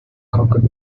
coconut